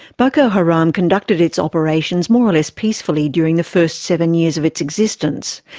boko haram conducted its operations more or less peacefully during the first seven years of its existence,